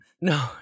no